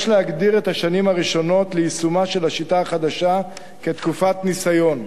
יש להגדיר את השנים הראשונות ליישומה של השיטה החדשה כתקופת ניסיון,